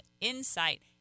insight